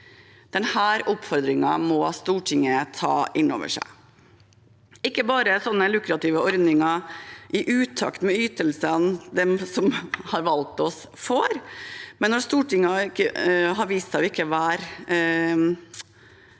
Denne oppfordringen må Stortinget ta inn over seg. Ikke bare er sånne lukrative ordninger i utakt med ytelsene de som har valgt oss, får, men når Stortinget har vist seg å ikke være